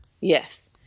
Yes